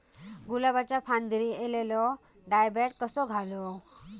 गुलाबाच्या फांदिर एलेलो डायबॅक कसो घालवं?